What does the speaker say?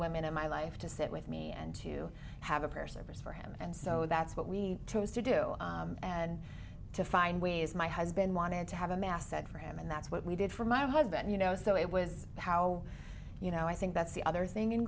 women in my life to sit with me and to have a prayer service for him and so that's what we chose to do and to find ways my husband wanted to have a mass said for him and that's what we did for my husband you know so it was how you know i think that's the other thing